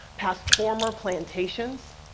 past former plantations.